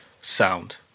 Sound